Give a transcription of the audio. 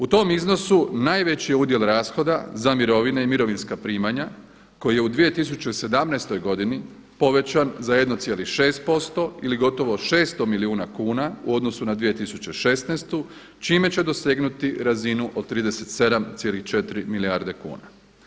U tom iznosu najveći je udjel rashoda za mirovine i mirovinska primanja koji je u 2017. godini povećan za 1,6% ili gotovo 600 milijuna kuna u odnosu na 2016. čime će dosegnuti razinu od 37,4 milijarde kuna.